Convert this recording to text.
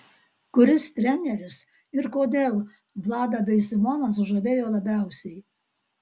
kuris treneris ir kodėl vladą bei simoną sužavėjo labiausiai